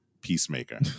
Peacemaker